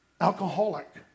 alcoholic